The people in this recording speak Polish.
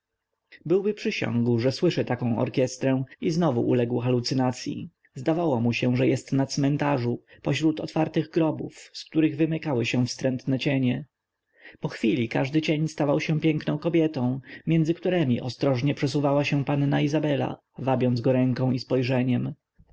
byłby przysiągł że słyszy taką orkiestrę i znowu uległ halucynacyi zdawało mu się że jest na cmentarzu pośród otwartych grobów z których wymykały się wstrętne cienie pochwili każdy cień stawał się piękną kobietą między któremi ostrożnie przesuwała się panna izabela wabiąc go ręką i spojrzeniem